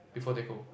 before take home